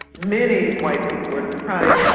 many white people were surprised,